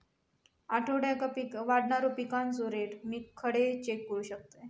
आठवड्याक वाढणारो पिकांचो रेट मी खडे चेक करू शकतय?